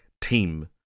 team